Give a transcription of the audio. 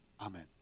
Amen